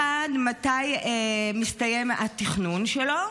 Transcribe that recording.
1. מתי מסתיים התכנון שלו?